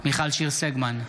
מיכל שיר סגמן,